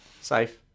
Safe